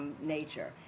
nature